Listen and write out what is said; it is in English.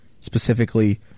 specifically